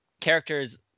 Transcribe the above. characters